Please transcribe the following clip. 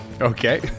Okay